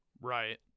Right